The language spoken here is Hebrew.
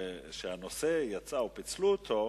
שהנושא יצא, או פיצלו אותו,